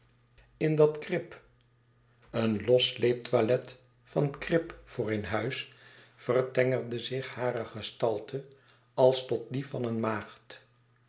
in dat krip een los sleeptoilet van krip voor in huis vertengerde zich hare gestalte als tot die van een maagd